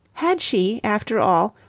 had she, after all,